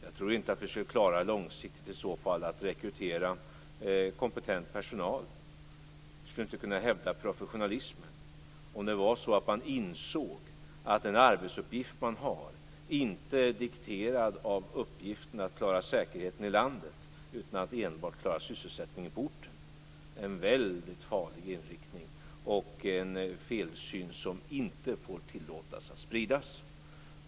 Vi skulle inte klara att långsiktigt rekrytera kompetent personal. Vi skulle inte kunna hävda professionalismen. Det är en farlig inriktning om man inser att den arbetsuppgift man har inte är dikterad av att klara säkerheten i landet utan enbart att klara sysselsättningen på orten. Det är en felsyn som inte får tillåtas att spridas.